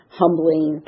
humbling